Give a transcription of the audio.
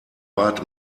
bat